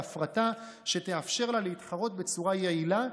להפרטה שתאפשר לה להתחרות בצורה יעילה,